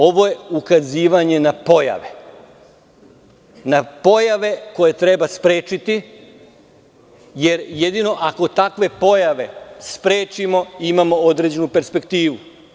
Ovo je ukazivanje na pojave, na pojave koje treba sprečiti, jer jedino ako takve pojave sprečimo, imamo određenu perspektivu.